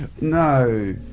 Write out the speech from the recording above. no